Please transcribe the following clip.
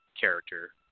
character